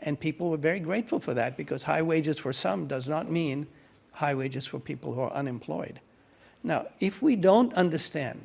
and people were very grateful for that because high wages for some does not mean high wages for people who are unemployed now if we don't understand